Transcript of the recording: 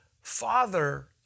Father